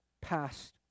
passed